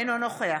אינו נוכח